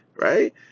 right